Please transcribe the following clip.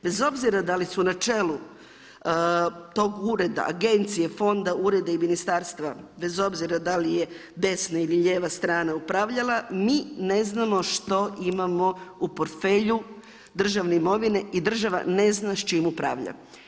Bez obzir da li su na čelu tog ureda, agencije, fonda, ureda i ministarstva bez obzira da li je desna ili lijeva strana upravljala, mi ne znamo što imamo u portfelju državne imovine i država ne zna s čim upravlja.